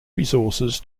resources